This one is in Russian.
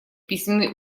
письменный